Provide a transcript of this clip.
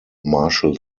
marshall